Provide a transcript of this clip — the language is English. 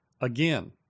Again